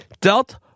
dealt